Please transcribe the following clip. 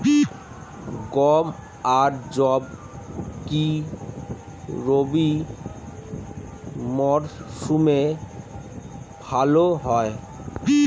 গম আর যব কি রবি মরশুমে ভালো হয়?